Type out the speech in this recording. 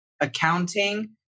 accounting